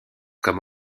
comme